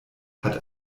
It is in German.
hat